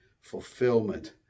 fulfillment